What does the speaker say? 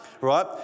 right